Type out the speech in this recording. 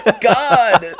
god